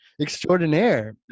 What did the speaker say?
extraordinaire